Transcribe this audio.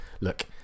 look